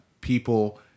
people